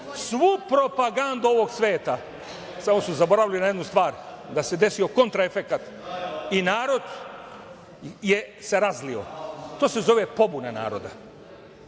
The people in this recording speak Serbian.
svu propagandu ovog sveta, samo su zaboravili na jednu stvar, da se desio kontraefekat i narod se razlio. To se zove pobuna naroda